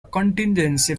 contingency